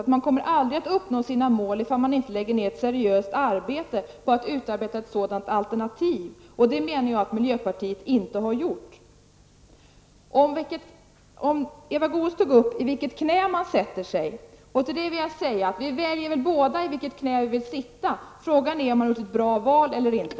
Men man kommer aldrig att uppnå sina mål, Eva Goe s, om man inte lägger ner ett seriöst arbete för att utarbeta ett sådant alternativ, och det menar jag att miljöpartiet inte har gjort. Eva Goe s tog upp frågan om i vilket knä man sätter sig i. Till det vill jag säga: Vi väljer båda i vilket knä vi vill sitta. Men frågan är om man har gjort ett bra val eller inte.